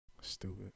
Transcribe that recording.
stupid